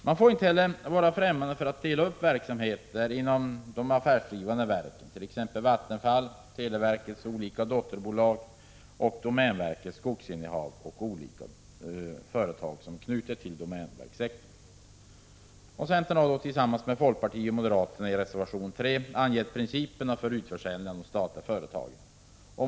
Man får inte heller vara ffrämmande för att dela upp verksamheter inom de affärsdrivande verken, t.ex. Vattenfall, televerkets olika dotterbolag och domänverket med dess skogsinnehav samt olika företag som är anknutna till domänverkssektorn. Centern har tillsammans med folkpartiet och moderaterna i reservation 3 angett principerna för utförsäljning av statliga företag.